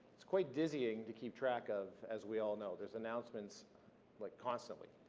it's quite dizzying to keep track of, as we all know. there's announcements like constantly.